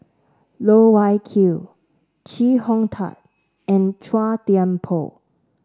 Loh Wai Kiew Chee Hong Tat and Chua Thian Poh